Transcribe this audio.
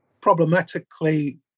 problematically